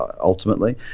ultimately